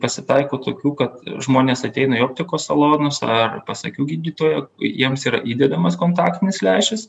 pasitaiko tokių kad žmonės ateina į optikos salonus ar pas akių gydytoją jiems yra įdedamas kontaktinis lęšis